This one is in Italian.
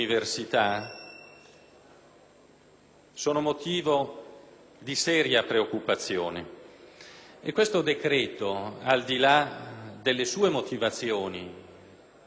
sono motivo di seria preoccupazione e questo decreto, al di là delle sue motivazioni, che in parte - come dirò